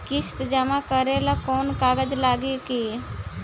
किस्त जमा करे ला कौनो कागज लागी का?